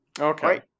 Okay